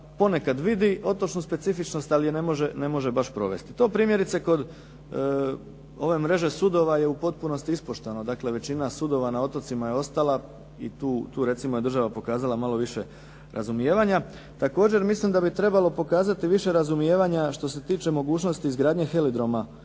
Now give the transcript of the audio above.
ponekad vidi otočnu specifičnost, ali ne može baš provesti. To primjerice kod ove mreže sudova je u potpunosti ispoštovano, dakle većina sudova na otocima je ostala i tu recimo je država pokazala malo više razumijevanja. Također mislim da bi trebalo pokazati više razumijevanja što se tiče mogućnosti izgradnje heliodroma,